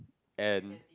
ant